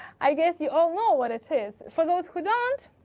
i guess you-all know what it is. for those who don't,